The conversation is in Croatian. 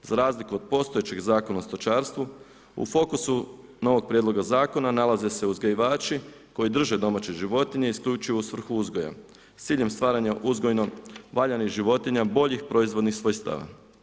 Za razliku od postojećih Zakona o stočarstvu, u fokusu novog prijedloga zakona, nalaze se uzgajivači, koji drže domaće životinje, isključivo u svrhu uzgoju s ciljem stvaranja uzgojnih valjanih životinja boljih proizvodnih svojstava.